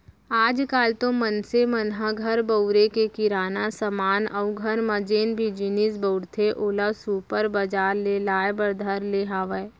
आज काल तो मनसे मन ह घर बउरे के किराना समान अउ घर म जेन भी जिनिस बउरथे ओला सुपर बजार ले लाय बर धर ले हावय